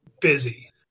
busy